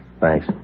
Thanks